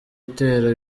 itera